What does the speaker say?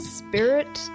spirit